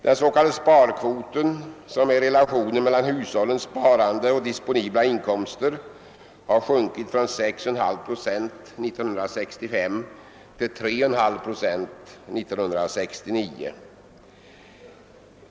Den ss.k. sparkvoten, som är relationen mellan hushållens sparande och disponibla inkomster, har sjunkit från 6,5 procent år 1965 till 3,5 procent år 1969.